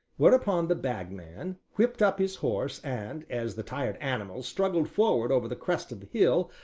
whereupon the bagman whipped up his horse and, as the tired animal struggled forward over the crest of the hill,